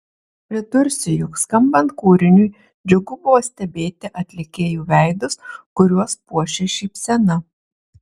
pridursiu jog skambant kūriniui džiugu buvo stebėti atlikėjų veidus kuriuos puošė šypsena